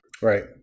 Right